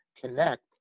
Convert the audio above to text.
connect